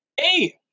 Hey